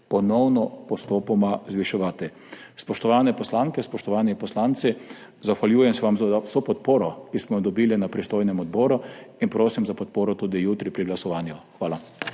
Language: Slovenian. ponovno postopoma zviševati. Spoštovane poslanke, spoštovani poslanci! Zahvaljujem se vam za vso podporo, ki smo jo dobili na pristojnem odboru, in prosim za podporo tudi jutri pri glasovanju. Hvala.